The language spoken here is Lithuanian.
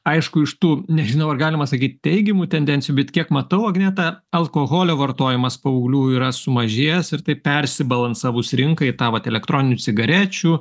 aišku iš tų nežinau ar galima sakyt teigiamų tendencijų bet kiek matau agneta alkoholio vartojimas paauglių yra sumažėjęs ir taip persibalansavus rinka į tą vat elektroninių cigarečių